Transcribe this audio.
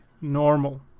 normal